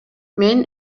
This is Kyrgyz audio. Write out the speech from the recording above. мен